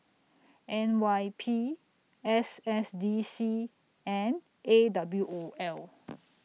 N Y P S S D C and A W O L